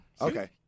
Okay